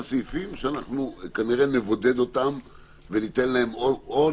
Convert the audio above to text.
סעיפים שאנחנו כנראה נבודד אותם או נבטל